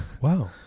wow